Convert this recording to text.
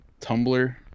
Tumblr